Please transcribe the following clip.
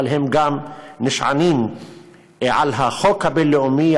אבל הם גם נשענים על החוק הבין-לאומי,